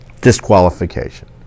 disqualification